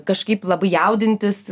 kažkaip labai jaudintis